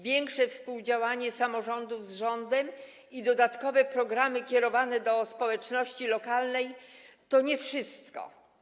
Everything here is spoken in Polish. Większe współdziałanie samorządów z rządem i dodatkowe programy kierowane do społeczności lokalnej to nie wszystko.